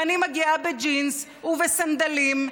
ואני מגיעה בג'ינס ובסנדלים,